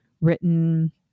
written